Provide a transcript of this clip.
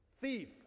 thief